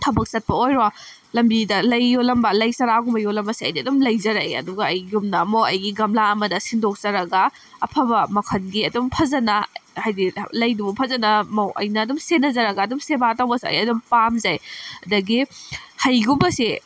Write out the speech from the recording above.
ꯊꯕꯛ ꯆꯞꯄ ꯎꯏꯔꯣ ꯂꯝꯕꯤꯗ ꯂꯩ ꯌꯣꯜꯂꯝꯕ ꯂꯝꯕꯤꯗ ꯂꯩ ꯆꯥꯔꯥꯒꯨꯝꯕ ꯌꯣꯜꯂꯝꯕꯁꯦ ꯑꯩꯗꯤ ꯑꯗꯨꯝ ꯂꯩꯖꯔꯛꯑꯦ ꯑꯗꯨꯒ ꯑꯩꯒꯨꯝꯅ ꯑꯃꯨꯛ ꯑꯩꯒꯤ ꯒꯝꯂꯥ ꯑꯃꯗ ꯁꯤꯟꯗꯣꯛꯆꯔꯒ ꯑꯐꯕ ꯃꯈꯜꯒꯤ ꯑꯗꯨꯝ ꯐꯖꯅ ꯍꯥꯏꯗꯤ ꯂꯧꯗꯨꯕꯨ ꯐꯖꯅ ꯑꯩꯅ ꯑꯗꯨꯝ ꯁꯦꯟꯅꯖꯔꯒ ꯑꯗꯨꯝ ꯁꯦꯕ ꯇꯧꯕꯁꯨ ꯑꯩ ꯑꯗꯨꯝ ꯄꯥꯝꯖꯩ ꯑꯗꯒꯤ ꯍꯩꯒꯨꯝꯕꯁꯦ